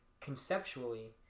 conceptually